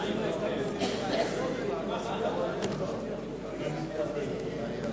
רע"ם-תע"ל להביע אי-אמון בממשלה לא נתקבלה.